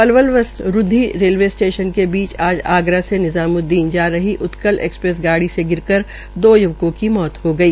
पलवल व Rundhi railway station के बीच आज आगरा निजामुद्दीन जा रही उत्कल एक्सप्रेस गाड़ी से गिर कर दो य्वकों की मौत हो गई